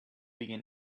begin